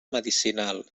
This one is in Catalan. medicinal